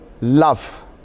love